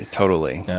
ah totally.